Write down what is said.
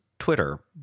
twitter